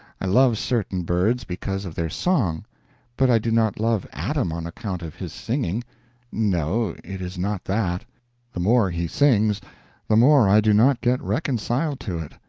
i love certain birds because of their song but i do not love adam on account of his singing no, it is not that the more he sings the more i do not get reconciled to it.